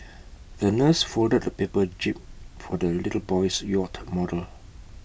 the nurse folded A paper jib for the little boy's yacht model